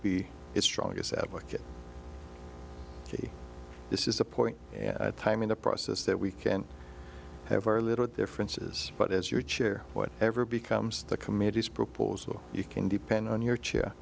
his strongest advocate this is a point and time in the process that we can have our little differences but as your chair what ever becomes the committee's proposal you can depend on your chair